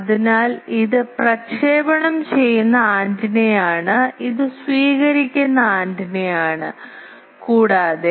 അതിനാൽ ഇത് പ്രക്ഷേപണം ചെയ്യുന്ന ആന്റിനയാണ് ഇത് സ്വീകരിക്കുന്ന ആന്റിനയാണ് കൂടാതെ